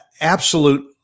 absolute